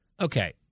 Okay